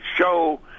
show